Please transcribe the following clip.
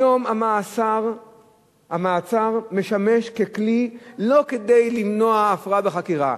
היום המעצר משמש כלי לא כדי למנוע הפרעה בחקירה,